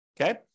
Okay